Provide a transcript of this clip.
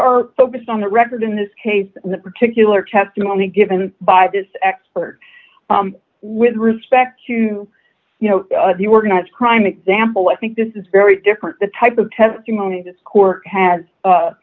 are focused on the record in this case the particular testimony given by this expert with respect to you know the organized crime example i think this is very different the type of testimony this court has